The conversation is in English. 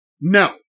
no